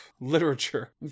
literature